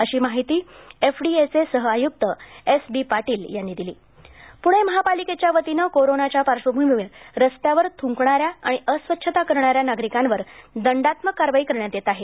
अशी माहिती एफडीएचे सहआयुक्त एस बी पाटील यांनी दिली पुणे महापालिकेच्या वतीने कोरोनाच्या पार्श्वभूमीवर रस्त्यावर थुंकणाऱ्या आणि अस्वच्छता करणाऱ्या नागरिकांवर दंडात्मक कारवाई चालू करण्यात आली आहे